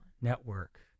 Network